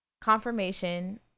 Confirmation